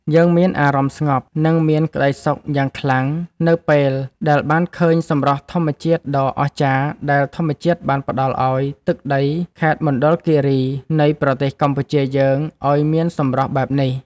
យើងមានអារម្មណ៍ស្ងប់ និង មានក្តីសុខយ៉ាងខ្លាំងនៅពេលដែលបានឃើញសម្រស់ធម្មជាតិដ៏អស្ចារ្យដែលធម្មជាតិបានផ្តល់ឱ្យទឹកដីខេត្តមណ្ឌលគីរីនៃប្រទេសកម្ពុជាយើងឱ្យមានសម្រស់បែបនេះ។